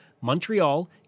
Montreal